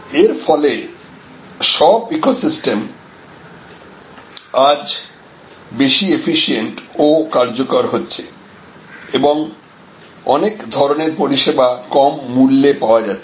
এর ফলে সব ইকোসিস্টেম আজ বেশি এফিসিয়েন্ট ও কার্যকর হচ্ছে এবং অনেক ধরনের পরিষেবা কম মূল্যে পাওয়া যাচ্ছে